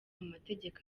amategeko